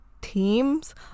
teams